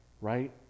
Right